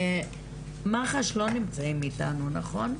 מח"ש לא נמצאים איתנו נכון?